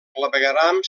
clavegueram